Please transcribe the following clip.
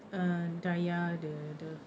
err dayah the the